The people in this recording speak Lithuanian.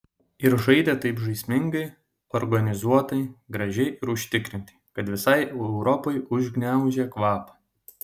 ir žaidė taip žaismingai organizuotai gražiai ir užtikrintai kad visai europai užgniaužė kvapą